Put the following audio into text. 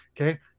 Okay